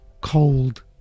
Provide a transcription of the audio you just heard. cold